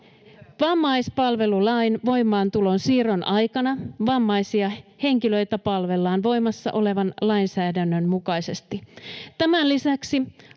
Vammaispalvelulain voimaantulon siirron aikana vammaisia henkilöitä palvellaan voimassa olevan lainsäädännön mukaisesti.